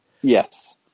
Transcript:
Yes